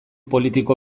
politiko